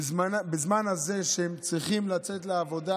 בזמן הזה שהם צריכים לצאת לעבודה,